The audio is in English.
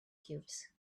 cubes